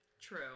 True